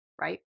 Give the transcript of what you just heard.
right